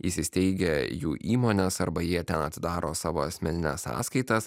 įsisteigę jų įmonės arba jie ten atidaro savo asmenines sąskaitas